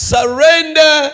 Surrender